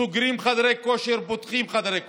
סוגרים חדרי כושר, פותחים חדרי כושר.